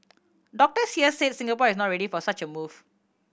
doctors here said Singapore is not ready for such a move